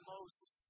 Moses